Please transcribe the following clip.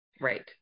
Right